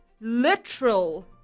literal